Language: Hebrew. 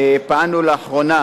פעלנו לאחרונה